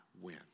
win